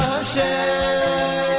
Hashem